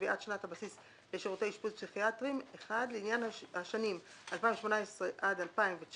קביעת שנת הבסיס לשירותי אשפוז פסיכיאטריים לעניין השנים 2018 עד 2019